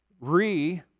Re